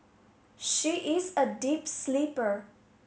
she is a deep sleeper